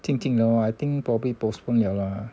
静静的话 I think probably postpone 了啦